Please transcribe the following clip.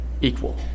equal